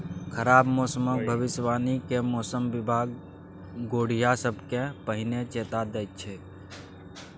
खराब मौसमक भबिसबाणी कए मौसम बिभाग गोढ़िया सबकेँ पहिने चेता दैत छै